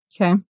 Okay